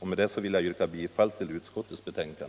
Med detta vill jag yrka bifall till utskottets hemställan.